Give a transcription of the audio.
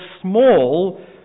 small